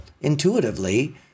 intuitively